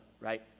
right